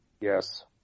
Yes